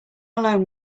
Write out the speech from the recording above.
alone